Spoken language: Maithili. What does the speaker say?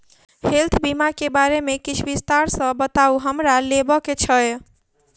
हेल्थ बीमा केँ बारे किछ विस्तार सऽ बताउ हमरा लेबऽ केँ छयः?